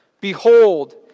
Behold